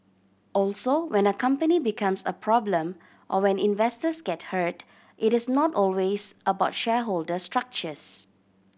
also when a company becomes a problem or when investors get hurt it is not always about shareholder structures